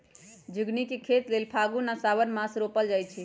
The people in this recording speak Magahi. झिगुनी के खेती लेल फागुन आ साओंन मासमे रोपल जाइ छै